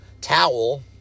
towel